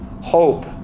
hope